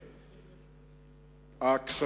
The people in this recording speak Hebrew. בהחלט, בהחלט.